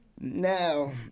Now